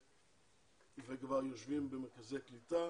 וכבר יושבים במרכזי קליטה